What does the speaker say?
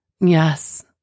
yes